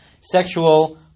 sexual